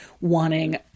wanting